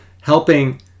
helping